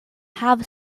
have